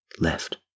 left